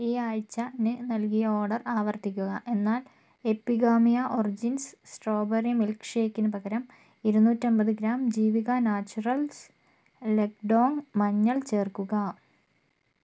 ഈ ആഴ്ച ന് നൽകിയ ഓർഡർ ആവർത്തിക്കുക എന്നാൽ എപിഗാമിയ ഒറിജിൻസ് സ്ട്രോബെറി മിൽക്ക് ഷേക്കിന് പകരം ഇരുനൂറ്റിയൻമ്പതു ഗ്രാം ജിവിക നാച്ചുറൽസ് ലക്ക്ഡോൺ മഞ്ഞൾ ചേർക്കുക